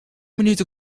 minuten